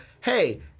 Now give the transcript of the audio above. hey